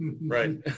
Right